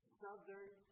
southern